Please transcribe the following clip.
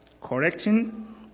correcting